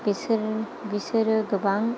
बिसोर बिसोरो गोबां